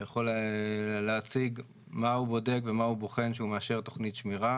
הוא יכול להציג מה הוא בודק ומה הוא בוחן כשהוא מאשר תוכנית שמירה.